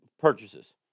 purchases